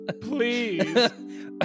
please